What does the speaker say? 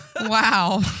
Wow